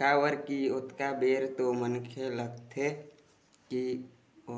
काबर की ओतका बेर तो मनखे ल लगथे की